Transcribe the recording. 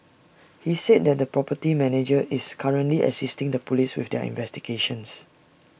he said the property manager is currently assisting the Police with their investigations